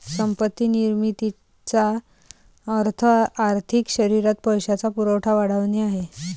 संपत्ती निर्मितीचा अर्थ आर्थिक शरीरात पैशाचा पुरवठा वाढवणे आहे